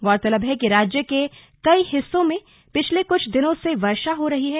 गौरतलब है कि राज्य के कई हिस्सों में पिछले कुछ दिनों से वर्षा हो रही है